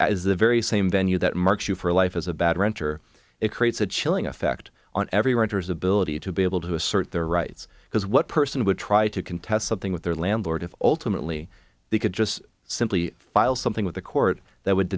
is the very same venue that marks you for life as a bad renter it creates a chilling effect on every writer's ability to be able to assert their rights because what person would try to contest something with their landlord if ultimately they could just simply file something with the court that would